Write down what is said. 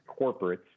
corporates